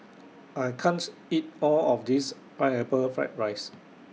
I can't eat All of This Pineapple Fried Rice